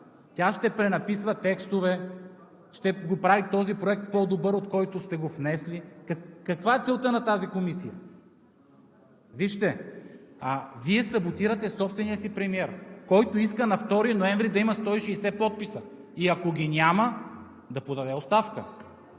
Тя ще пренаписва текстове, ще прави този проект по-добър от този, който сте внесли? Каква е целта на тази комисия? Вижте, Вие саботирате собствения си премиер, който иска на 2 ноември да има 160 подписа и ако ги няма, да подаде оставка.